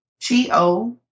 t-o